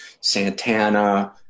Santana